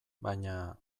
baina